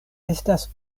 estas